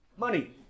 Money